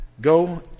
Go